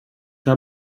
hab